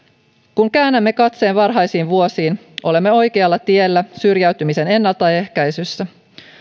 kun käännämme katseen varhaisiin vuosiin olemme oikealla tiellä syrjäytymisen ennaltaehkäisyssä